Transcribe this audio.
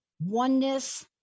oneness